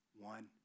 One